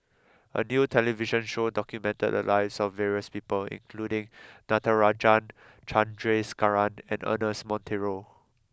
a new television show documented the lives of various people including Natarajan Chandrasekaran and Ernest Monteiro